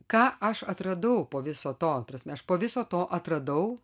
ką aš atradau po viso to ta prasme aš po viso to atradau